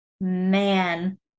man